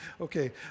Okay